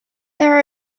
there